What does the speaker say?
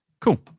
cool